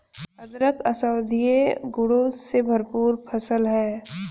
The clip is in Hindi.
अदरक औषधीय गुणों से भरपूर फसल है